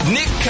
Nick